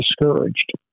discouraged